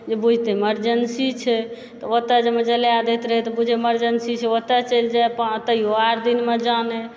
जे बुझतै मरजेन्सी छै तऽ ओतए जे जला दैत रहै तऽ बुझै मरजेन्सी छै ओतए चलि जाइत तैयो आठ दिनमे जानै